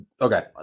okay